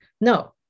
No